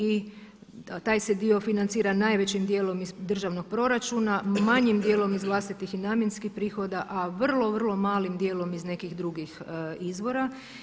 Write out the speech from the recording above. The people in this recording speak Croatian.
I taj se dio financira najvećim dijelom iz državnog proračuna, manjim dijelom iz vlastitih i namjenskih prihoda, a vrlo, vrlo malim dijelom iz nekih drugih izvora.